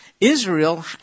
Israel